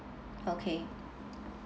okay